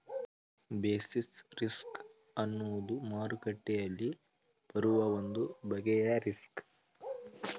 basis risk ಅನ್ನುವುದು ಮಾರುಕಟ್ಟೆಯಲ್ಲಿ ಬರುವ ಒಂದು ಬಗೆಯ ರಿಸ್ಕ್